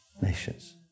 nations